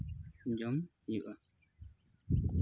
ᱡᱚᱢ ᱦᱩᱭᱩᱜᱼᱟ